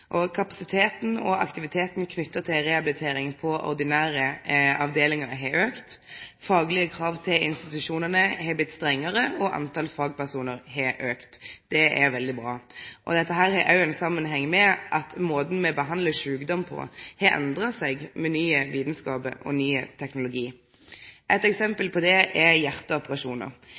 Kapasiteten og aktiviteten knytt til rehabilitering på ordinære avdelingar har auka. Faglege krav til institusjonane har blitt strengare, og talet på fagpersonar har auka. Det er veldig bra. Dette har òg samanheng med at måten me behandlar sjukdom på, har endra seg med ny vitskap og ny teknologi. Eit eksempel på det er hjarteoperasjonar.